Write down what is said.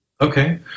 Okay